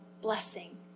blessing